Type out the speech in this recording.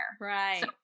Right